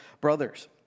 brothers